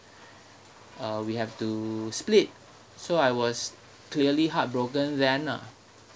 uh we have to split so I was clearly heartbroken then ah